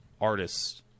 artists